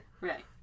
Right